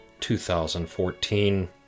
2014